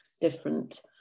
different